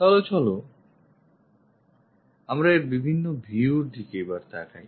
তাহলে চলো আমরা এর বিভিন্ন ভিউ র দিকে তাকাই